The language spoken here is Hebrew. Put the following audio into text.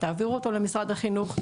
תעבירו אותו למשרד החינוך,